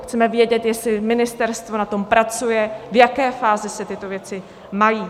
Chceme vědět, jestli ministerstvo na tom pracuje, v jaké fázi se tyto věci mají.